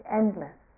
endless